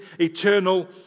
eternal